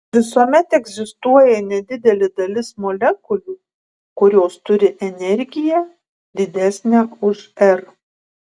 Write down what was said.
visuomet egzistuoja nedidelė dalis molekulių kurios turi energiją didesnę už r